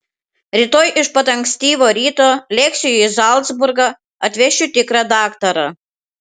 rytoj iš pat ankstyvo ryto lėksiu į zalcburgą atvešiu tikrą daktarą